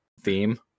theme